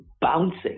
bouncing